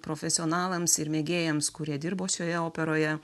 profesionalams ir mėgėjams kurie dirbo šioje operoje